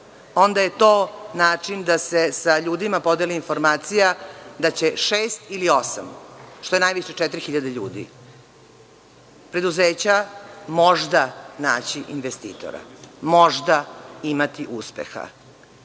Onda je to način da se sa ljudima podeli informacija da će šest ili osam, što je najviše 4.000 ljudi, preduzeća možda naći investitora, možda imati uspeha. Ukoliko